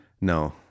no